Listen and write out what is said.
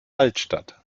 altstadt